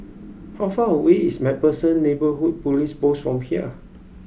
how far away is MacPherson Neighbourhood Police Post from here